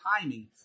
timing